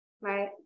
Right